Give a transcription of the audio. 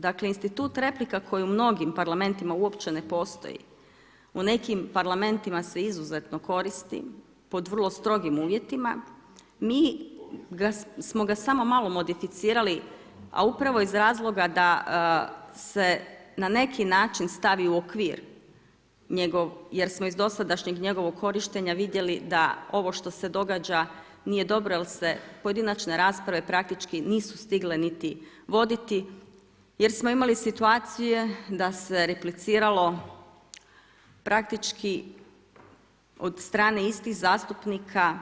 Dakle institut replika koje u mnogim parlamentima uopće ne postoji u nekim parlamentima se izuzetno koristi pod vrlo strogim uvjetima, mi smo ga samo malo modificirali, a upravo iz razloga da se na neki način stavi u okvir njegov jer smo iz dosadašnjeg njegovog korištenja vidjeli da ovo što se događa nije dobro jel se pojedinačne rasprave praktički nisu stigle niti voditi jer smo imali situaciju da se repliciralo praktički od strane istih zastupnika